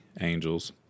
Angels